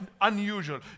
unusual